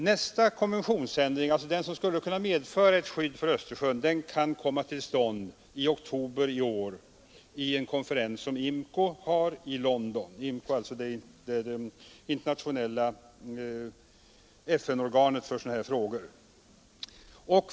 Nästa konventionsändring, alltså den som skulle kunna medföra ett skydd för Östersjön, kan komma till stånd i oktober i år vid IMCO:s konferens i London — IMCO är alltså FN-organet för sådana här frågor.